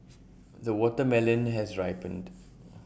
the watermelon has ripened